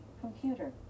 Computer